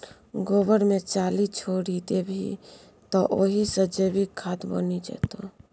गोबर मे चाली छोरि देबही तए ओहि सँ जैविक खाद बनि जेतौ